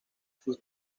sus